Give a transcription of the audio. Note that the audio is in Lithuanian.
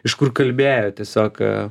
iš kur kalbėjo tiesiog